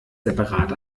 separat